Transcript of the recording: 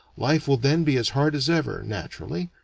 life will then be as hard as ever, naturally,